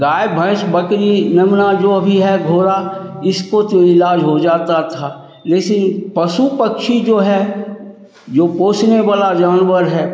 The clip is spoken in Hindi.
गाय भैंस बकरी मेमना जो भी है घोड़ा इसको तो इलाज हो जाता था लेकिन पशु पक्षी जो है जो पोसने वाला जानवर है